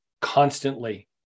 constantly